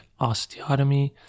osteotomy